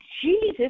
Jesus